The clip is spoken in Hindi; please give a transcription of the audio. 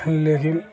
लेकिन